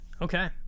okay